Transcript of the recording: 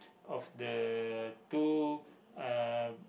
of the too uh